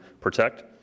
protect